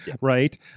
right